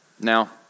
Now